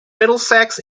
middlesex